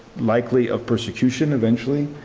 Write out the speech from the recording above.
likely of persecution eventually.